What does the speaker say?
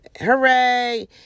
hooray